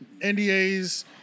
NDAs